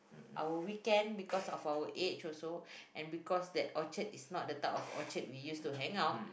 our weekend because of our age also and because that Orchard is not the type of Orchard we used to hang out